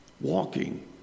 walking